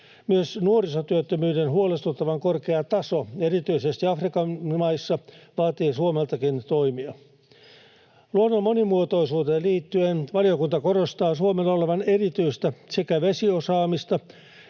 Myös nuorisotyöttömyyden huolestuttavan korkea taso erityisesti Afrikan maissa vaatii Suomeltakin toimia. Luonnon monimuotoisuuteen liittyen valiokunta korostaa Suomella olevan erityistä sekä vesiosaamista